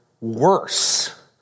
worse